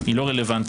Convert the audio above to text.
איננה רלוונטית.